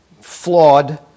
flawed